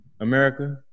America